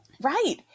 Right